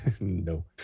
no